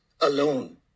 alone